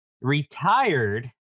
retired